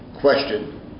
question